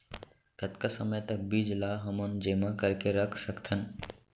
कतका समय तक बीज ला हमन जेमा करके रख सकथन?